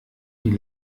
die